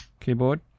keyboard